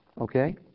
Okay